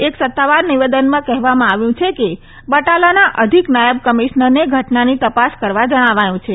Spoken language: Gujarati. એક સત્તાવાર નિવેદનમાં કહેવામાં આવ્યું છે કે બટાલાના અધિક નાયબ કમિશનરને ઘટનાની તપાસ કરવા જણાવાયું છે